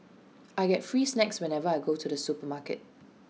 I get free snacks whenever I go to the supermarket